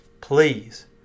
Please